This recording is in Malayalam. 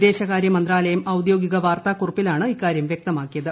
വിദേശകാര്യ മന്ത്രാലയം ഔദ്യോഗിക വാർത്താക്കുറിപ്പിലാണ് ഇക്കാര്യം വൃക്തമാക്കിയത്